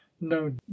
no